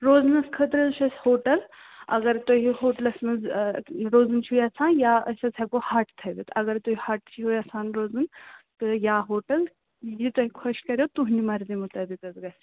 روزنس خٲطرٕ حَظ چھُ اَسہِ ہوٹل اگر تُہۍ یہِ ہوٹلس منٛز روزُن چھُو یژھان یا أسۍ حَظ ہیٚکو ہٹ تھٲوِتھ اگر تُہۍ ہٹ چھِو یژھان روزُن تہٕ یا ہوٹل یہ تۄہہِ خۄش کَریو تُہٕنٛدِ مرضی مطٲبِق حَظ گژھِ